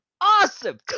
awesome